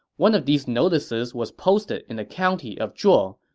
one of these notices was posted in the county of zhuo,